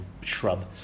shrub